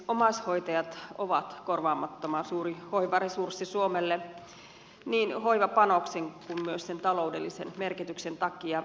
omaishoitajat ovat korvaamattoman suuri hoivaresurssi suomelle niin hoivapanoksen kuin myös sen taloudellisen merkityksen takia